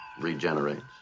regenerates